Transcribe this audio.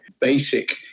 basic